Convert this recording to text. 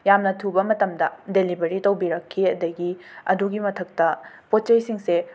ꯌꯥꯝꯅ ꯊꯨꯕ ꯃꯇꯝꯗ ꯗꯦꯂꯤꯕꯔꯤ ꯇꯧꯕꯤꯔꯛꯈꯤ ꯑꯗꯒꯤ ꯑꯗꯨꯒꯤ ꯃꯊꯛꯇ ꯄꯣꯠ ꯆꯩꯁꯤꯡꯁꯦ